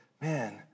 Man